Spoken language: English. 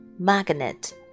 Magnet